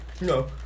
No